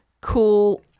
cool